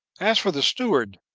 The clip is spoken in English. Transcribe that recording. as for the steward,